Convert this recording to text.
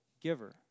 giver